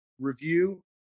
review